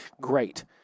Great